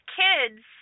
kids